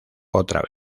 otra